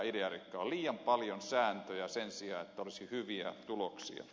on liian paljon sääntöjä sen sijaan että olisi hyviä tuloksia